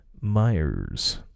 Myers